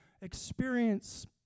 experience